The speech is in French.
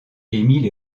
emile